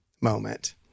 moment